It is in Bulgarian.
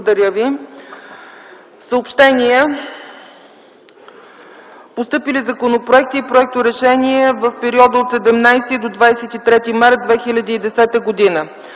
Благодаря ви.